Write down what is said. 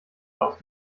aus